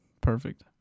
Perfect